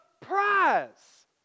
prize